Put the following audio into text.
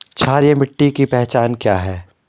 क्षारीय मिट्टी की पहचान क्या है?